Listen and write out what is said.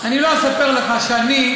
אני לא אספר לך שאני,